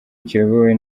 kiyobowe